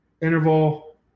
Interval